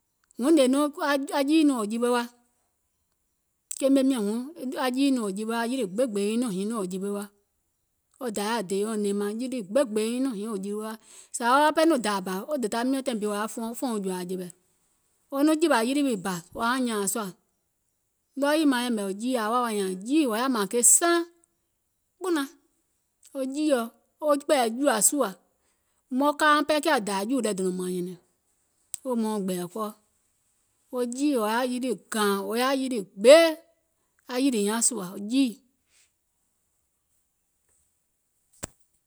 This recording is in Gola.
Aŋ jiì nɔŋ wò jiwe wa, keeme miɔ̀ŋ huŋ aŋ jiì nɔŋ wò jiwe, wa, aŋ yilì gbeebèè yiiŋ nɔŋ wò jiwe wa, wo dayȧ deeyɛ̀uŋ nɛɛmaŋ, yilì gbeebèè nyiiŋ nɔŋ hiŋ wò jiwe wa, zȧ wo wa pɛɛ nɔŋ dȧȧ bȧ wo dèda miɔ̀ŋ wo fòo jòȧ jɛ̀wɛ̀, wo nɔŋ jìwȧ yilì wii bȧ wò yȧauŋ nyȧȧŋ sùȧ, ɗɔɔ yii maŋ yɛ̀mɛ̀ jiì, ȧŋ woȧ wa nyȧȧŋ jiì wò yaȧ mȧȧŋ ke saaŋ kpùnaŋ, wo jiìɔ, wo kpɛ̀ɛ̀yɛ̀ jùȧ sùȧ, maŋ ka auŋ pɛɛ kiȧ dȧȧ jùù lɛ dònȧùm nyɛ̀nɛ̀ŋ wèè mauŋ gbɛ̀ɛ̀ kɔɔ, wo jiì wò yaȧ yìlì gȧȧŋ wò yaȧ yilì gbee aŋ yìlì nyaŋ sùȧ, jiì